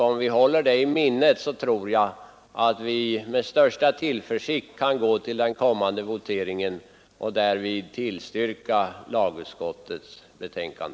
Om vi håller detta i minnet, tror jag att vi med största tillförsikt kan gå till den kommande voteringen och där rösta på lagutskottets förslag.